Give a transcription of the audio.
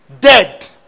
Dead